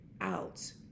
out